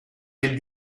del